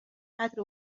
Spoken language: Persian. قدر